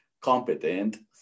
competent